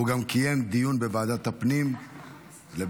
והוא גם קיים דיון בוועדת הפנים לבקשתו.